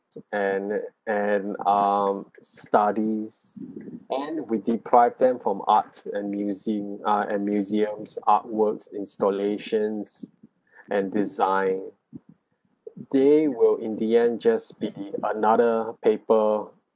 and and um studies and we deprive them from arts and museums ah and museums artworks installations and design they will in the end just speaking another paper